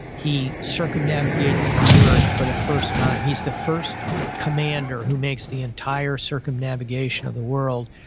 he circumnavigates the earth for the first time. he's the first commander who makes the entire circumnavigation of the world,